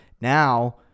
Now